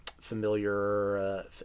familiar